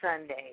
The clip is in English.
Sunday